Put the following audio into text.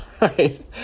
right